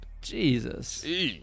jesus